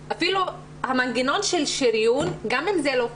אפילו מנגנון השריון, גם אם זה לא פורמלי,